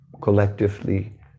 collectively